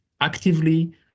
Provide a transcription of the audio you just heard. actively